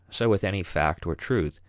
so with any fact or truth.